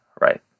right